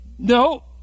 No